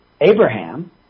Abraham